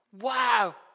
Wow